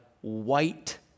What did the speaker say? white